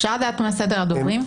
אפשר לדעת מה סדר הדוברים?